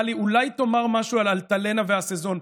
לי: אולי תאמר משהו על אלטלנה והסזון.